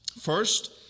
First